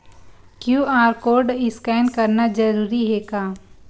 QR code scan करना जरूरी हे का?